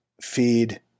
feed